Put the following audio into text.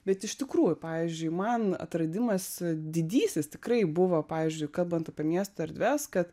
bet iš tikrųjų pavyzdžiui man atradimas didysis tikrai buvo pavyzdžiui kalbant apie miesto erdves kad